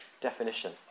definition